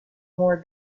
more